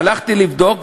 הלכתי לבדוק,